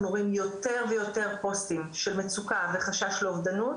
רואים יותר ויותר פוסטים של מצוקה וחשש לאובדנות,